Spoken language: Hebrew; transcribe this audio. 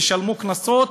תשלמו קנסות,